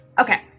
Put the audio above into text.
okay